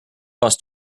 boss